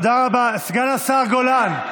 תודה רבה, סגן השר גולן.